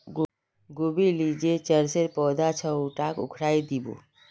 गोबीर ली जे चरसेर पौधा छ उटाक उखाड़इ दी बो